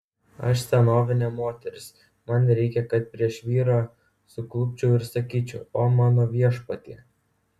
aš senovinė moteris man reikia kad prieš vyrą suklupčiau ir sakyčiau o mano viešpatie